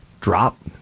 drop